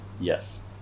Yes